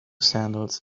sandals